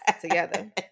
together